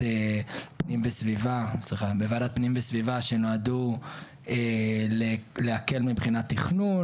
פנים וסביבה שנועדו להקל מבחינת תכנון.